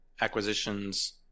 acquisitions